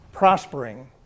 prospering